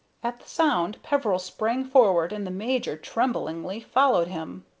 at the sound peveril sprang forward, and the major tremblingly followed him.